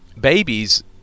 babies